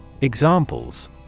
Examples